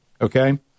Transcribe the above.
Okay